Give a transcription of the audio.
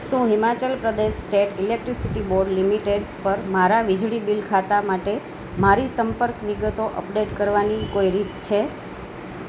શું Himachal Pradesh state electricity board limited પર મારા વીજળી બિલ ખાતા માટે મારી સંપર્ક વિગતો અપડેટ કરવાની કોઈ રીત છે